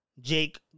Jake